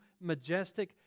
majestic